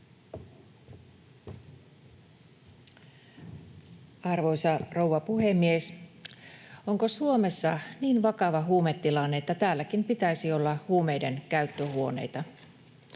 Arvoisa rouva puhemies! Onko Suomessa niin vakava huumetilanne, että täälläkin pitäisi olla huumeiden käyttöhuoneita?